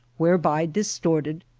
whereby distorted,